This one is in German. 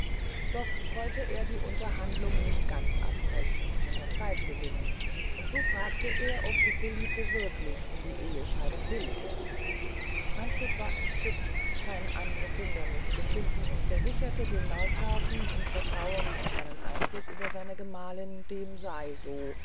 doch wolte er die unterhandlung nicht ganz abbrechen sondern zeit gewinnen und so fragte er ob hippolite wirklich in die ehescheidung willige manfred war entzückt kein andres hinderniß zu finden und versicherte den markgrafen im vertrauen auf seinen einfluß über seine gemahlin dem sey also